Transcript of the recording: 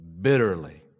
bitterly